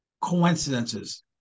coincidences